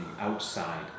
outside